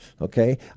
okay